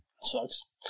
Sucks